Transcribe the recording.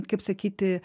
kaip sakyti